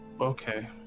Okay